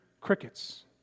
crickets